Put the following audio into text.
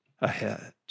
ahead